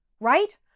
right